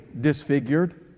disfigured